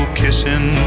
kissing